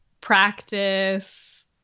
practice